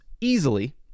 easily